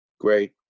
Great